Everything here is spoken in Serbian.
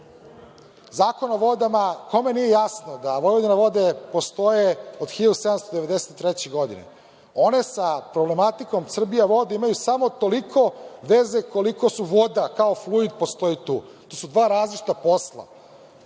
Zakon o vodama, kome nije jasno da Vojvodina vode postoje od 1793. godine, one sa problematikom Srbijavode imaju samo toliko veze koliko su voda kao fluid postoji tu. To su dva različita posla.